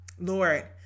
Lord